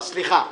--- אני